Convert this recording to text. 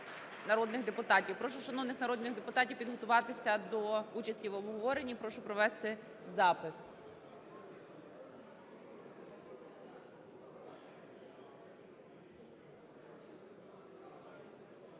Прошу шановних народних депутатів підготуватися до участі в обговоренні. Прошу провести запис.